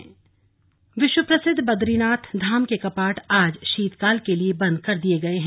बदरीनाथ धाम कपाट बन्द विश्व प्रसिद्ध बदरीनाथ धाम के कपाट आज शीतकाल के लिए बंद कर दिये गए हैं